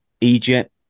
Egypt